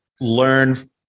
learn